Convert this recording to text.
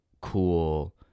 cool